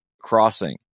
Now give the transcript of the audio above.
crossing